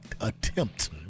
attempt